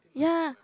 ya